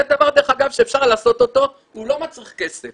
זה דבר שאפשר לעשות אותו והוא לא מצריך כסף.